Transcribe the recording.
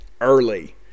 early